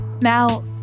Now